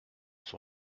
son